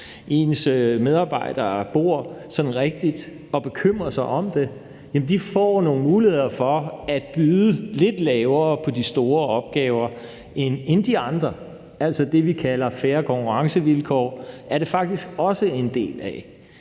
deres medarbejdere bor, og bekymrer sig om det, får nogle muligheder for at byde lidt lavere på de store opgaver end de andre. Det, vi kalder fair konkurrencevilkår, er altså også en del af